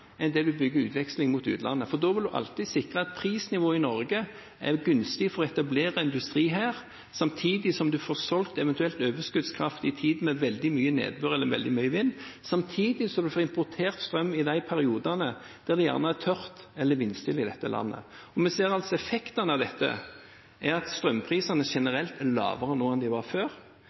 enn man bygger utveksling mot til utlandet, for da vil man alltid sikre at prisnivået i Norge er gunstig for å etablere industri her, samtidig som man får solgt eventuell overskuddskraft i tider med veldig mye nedbør eller veldig mye vind. Samtidig får man importert strøm i de periodene det gjerne er tørt eller vindstille i dette landet. Vi ser at effektene av dette er at strømprisene generelt er lavere nå enn de var før,